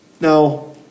now